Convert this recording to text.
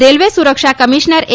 railway સુરક્ષા commissioner એ